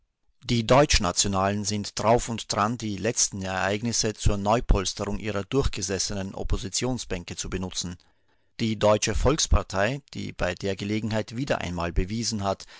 die deutschnationalen sind drauf und dran die letzten ereignisse zur neupolsterung ihrer durchgesessenen oppositionsbänke zu benutzen die deutsche volkspartei die bei der gelegenheit wieder einmal bewiesen hat